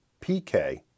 PK